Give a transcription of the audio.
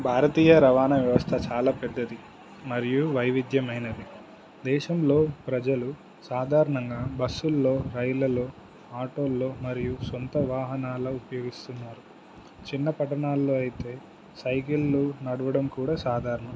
భారతీయ రవాణా వ్యవస్థ చాలా పెద్దది మరియు వైవిధ్యమైనది దేశంలో ప్రజలు సాధారణంగా బస్సుల్లో రైళ్ళలో ఆటోల్లో మరియు సొంత వాహనాల ఉపయోగిస్తున్నారు చిన్న పట్టణాల్లో అయితే సైకిళ్ళు నడవడం కూడా సాధారణం